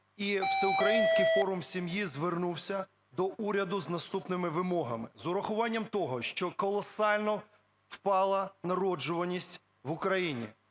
І Всеукраїнський форум сім'ї звернувся до уряду з наступними вимогами. З урахуванням того, що колосально впала народжуваність в Україні,